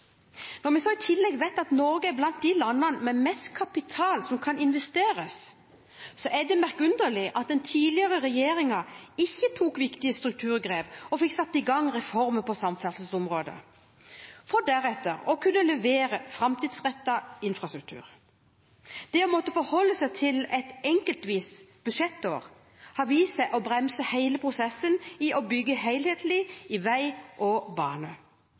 Når vi så i tillegg vet at Norge er blant de landene med mest kapital som kan investeres, er det merkelig at den tidligere regjeringen ikke tok viktige strukturgrep og fikk satt i gang reformer på samferdselsområdet for deretter å kunne levere framtidsrettet infrastruktur. Det å måtte forholde seg til budsjettår enkeltvis, har vist seg å bremse hele prosessen i å bygge helhetlig på vei og